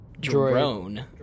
drone